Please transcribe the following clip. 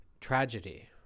tragedy